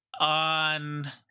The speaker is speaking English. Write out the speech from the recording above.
on